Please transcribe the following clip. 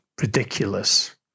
ridiculous